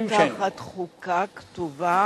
שבאים תחת חוקה כתובה,